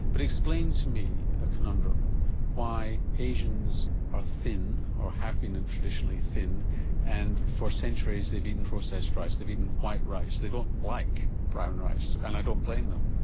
but explain to me a conundrum why asians are thin, or have been and traditionally thin and for centuries they've eaten processed rice, they've eaten white rice, they don't like brown rice and i don't blame them.